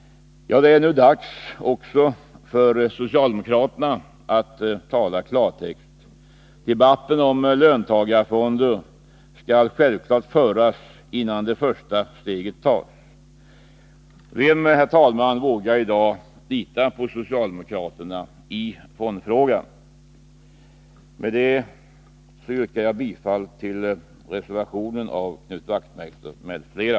Det är dags också för socialdemokraterna att tala klartext. Debatten om löntagarfonder skall självfallet föras innan det första steget tas. Vem, herr talman, vågar i dag lita på socialdemokraterna i fondfrågan? Med detta yrkar jag bifall till reservationen av Knut Wachtmeister m.fl.